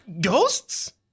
Ghosts